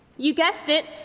you guessed it,